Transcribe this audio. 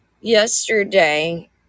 yesterday